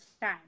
time